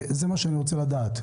זה מה שאני רוצה לדעת.